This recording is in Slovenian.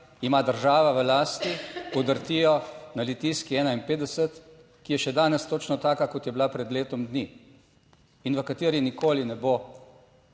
ima država v lasti podrtijo na Litijski 51, ki je še danes točno taka, kot je bila pred letom dni? In v kateri nikoli ne bo